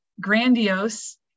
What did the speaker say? grandiose